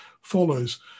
follows